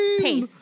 Pace